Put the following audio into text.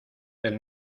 del